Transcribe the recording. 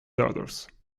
daughters